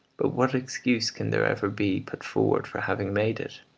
but what excuse can there ever be put forward for having made it?